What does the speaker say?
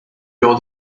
leur